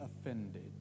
offended